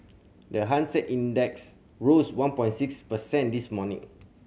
the Hang Seng Index rose one point six percent this morning